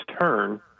turn